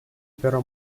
però